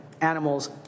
animals